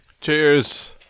Cheers